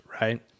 right